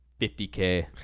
50k